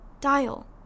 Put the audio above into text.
dial